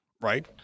right